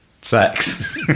sex